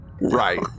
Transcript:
Right